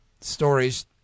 stories